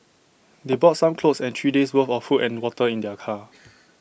they brought some clothes and three days'worth of food and water in their car